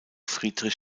friedrich